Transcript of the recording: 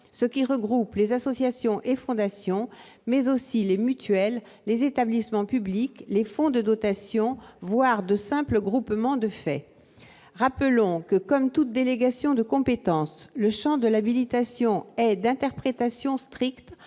ce qui regroupe les associations et fondations, mais aussi les mutuelles, les établissements publics, les fonds de dotation, voire de simples groupements de faits. Rappelons que, comme toute délégation de compétence, le champ de l'habilitation est d'interprétation stricte.